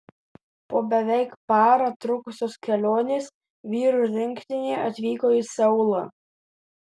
po beveik parą trukusios kelionės vyrų rinktinė atvyko į seulą